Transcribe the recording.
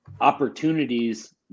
opportunities